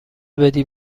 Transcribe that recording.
بدی